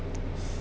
!wah!